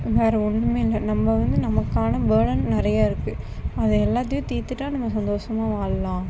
வேற ஒண்ணுமே இல்லை நம்ப வந்து நமக்கான பர்டன் நிறைய இருக்குது அது எல்லாத்தையும் தீர்த்துட்டா நம்ப சந்தோஷமா வாழலாம்